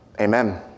Amen